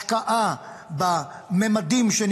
השקעה בממדים הקריטיים,